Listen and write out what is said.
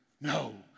No